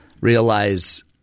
realize –